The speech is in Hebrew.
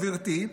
גברתי,